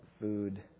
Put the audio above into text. food